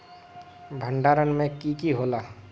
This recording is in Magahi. भण्डारण में की की होला?